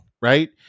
right